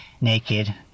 naked